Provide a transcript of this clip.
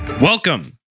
Welcome